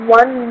one